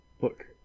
Look